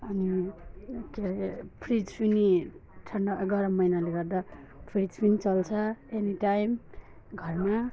अनि के अरे फ्रिज पनि ठन्डा गरम महिनाले गर्दा फ्रिज पनि चल्छ एनी टाइम घरमा